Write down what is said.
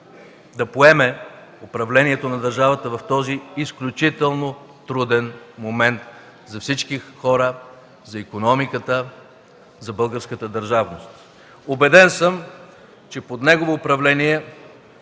да поеме управлението на държавата в този изключително труден момент за всички хора, за икономиката, за българската държавност. Убеден съм, че под негово управление